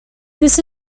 this